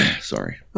Sorry